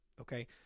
Okay